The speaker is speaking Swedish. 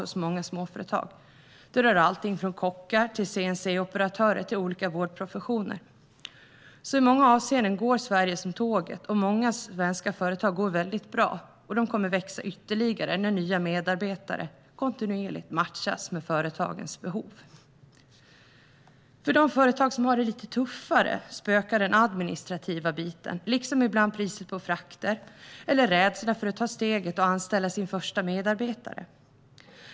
Det gäller allt från kockar till CNC-operatörer och olika vårdarbetare. I många avseenden går Sverige som tåget, och många svenska företag går väldigt bra. De kommer att växa ytterligare när nya medarbetare kontinuerligt matchas med företagens behov. För de företag som har det lite tuffare spökar den administrativa biten liksom ibland priset på frakter eller rädslan för att ta steget och anställa sin första medarbetare.